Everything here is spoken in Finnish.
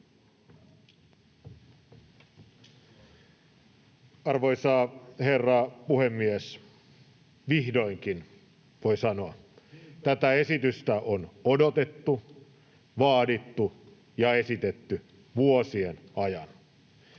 Arvoisa herra puhemies! Vihdoinkin, voi sanoa. [Toimi Kankaanniemi: Niinpä!] Tätä esitystä on odotettu, vaadittu ja esitetty vuosien ajan.